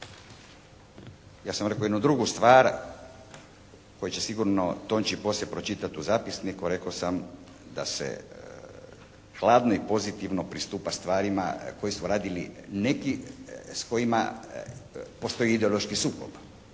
Ja sam rekao jednu drugu stvar koju će sigurno Tonči poslije pročitati u zapisniku, rekao sam da se hladno i pozitivno pristupa stvarima koje su radili neki s kojima postoji ideološki sukob,